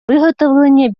виготовлення